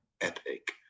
epic